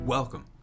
Welcome